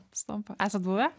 sutampa esat buvę